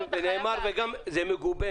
וזה מגובה,